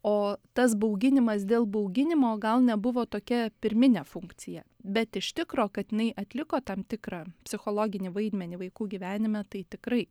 o tas bauginimas dėl bauginimo gal nebuvo tokia pirminė funkcija bet iš tikro kad jinai atliko tam tikrą psichologinį vaidmenį vaikų gyvenime tai tikrai